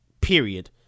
period